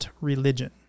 religion